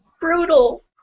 brutal